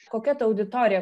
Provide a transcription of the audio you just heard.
kokia ta auditorija